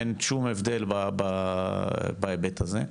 אין שום הבדל בהיבט הזה.